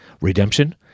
Redemption